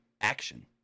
action